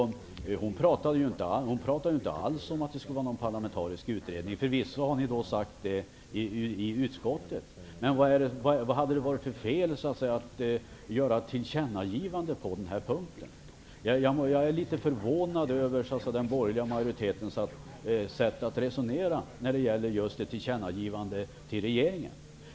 Hon pratade inte alls om att det skulle vara någon parlamentarisk utredning. Förvisso har ni sagt det i utskottet, men vad hade det varit för fel att göra ett tillkännagivande på den punkten? Jag är litet förvånad över den borgerliga majoritetens sätt att resonera när det gäller just tillkännnagivande till regeringen.